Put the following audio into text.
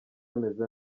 ameze